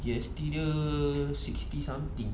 G_S_T dia sixty something